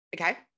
Okay